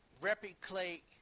replicate